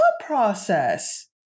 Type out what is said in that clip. process